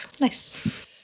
nice